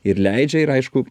ir leidžia ir aišku